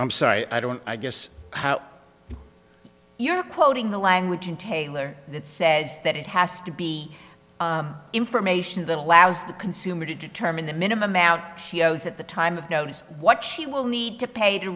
i'm sorry i don't i guess how you're quoting the language in taylor that says that it has to be information that allows the consumer to determine the minimum out she owes at the time of notice what she will need to pay to